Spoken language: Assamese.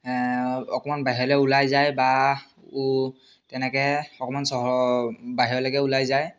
অকণমান বাহিৰলৈ ওলাই যায় বা ও তেনেকৈ অকণমান চহ বাহিৰলৈকে ওলাই যায়